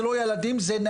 זה לא ילדים,